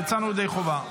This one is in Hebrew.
יצאנו ידי חובה,